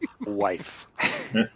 wife